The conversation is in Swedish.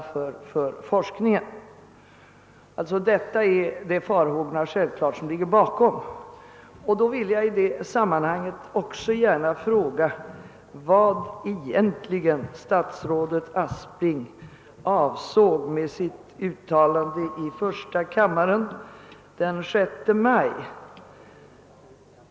Det är självfallet dessa farhågor som ligger bakom. I detta sammanhang vill jag också ställa frågan vad statsrådet Aspling egentligen avsåg med sitt uttalande i första kammaren den 6 maj i år.